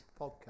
Podcast